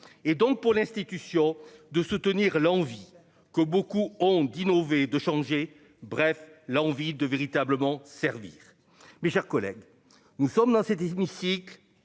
Et donc pour l'institution de soutenir l'envie que beaucoup ont d'innover, de changer. Bref, l'envie de véritablement servir mes chers collègues, nous sommes dans cet hémicycle